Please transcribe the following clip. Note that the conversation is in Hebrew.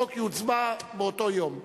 תהיה הצבעה עליו באותו יום.